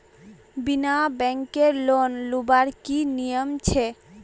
बिना बैंकेर लोन लुबार की नियम छे?